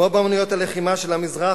כמו באמנויות הלחימה של המזרח,